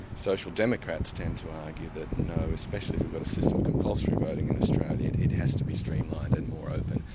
social democrats tend to argue that no, especially if you've got a system of compulsory voting in australia, it it has to be streamlined and more open.